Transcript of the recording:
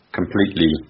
completely